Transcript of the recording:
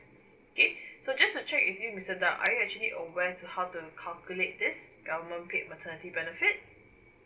okay so just to check with you mister tak are you actually aware as to how to calculate this government paid maternity benefit